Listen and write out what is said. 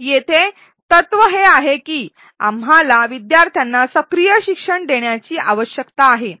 येथे तत्व हे आहे की आपल्याला विद्यार्थ्यांना सक्रिय शिक्षण देण्याची आवश्यकता आहे